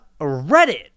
Reddit